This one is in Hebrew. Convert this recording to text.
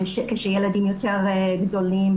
כאשר הילדים יותר גדולים,